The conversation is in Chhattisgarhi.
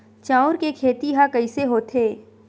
चांउर के खेती ह कइसे होथे?